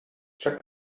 chuck